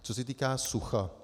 Co se týká sucha.